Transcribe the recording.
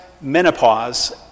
menopause